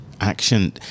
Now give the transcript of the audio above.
action